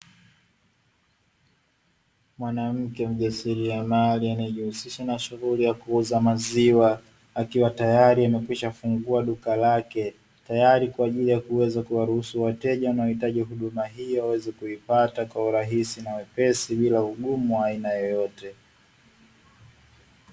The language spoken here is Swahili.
Mwanamke mjasiriamali anaejihusisha na shughuli ya kuuza maziwa akiwa tayari amekwisha fungua duka lake, tayari kwa ajili ya kuweza kuwaruhusu wateja wanaohitaji huduma hiyo waweze kuipata kwa urahisi na wepesi bila ugumu wa aina yoyote.